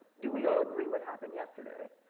do we all agree what happened yesterday?